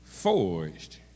Forged